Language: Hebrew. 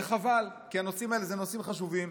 וחבל, כי הנושאים האלה הם נושאים חשובים.